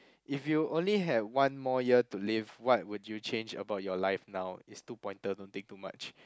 if you only have one more year to live what would you change about your life now it's two pointer don't think too much